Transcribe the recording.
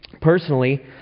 personally